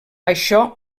això